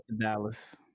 Dallas